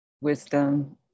wisdom